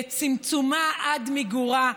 צמצומה עד מיגורה.